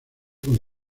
con